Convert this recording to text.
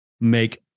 make